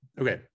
Okay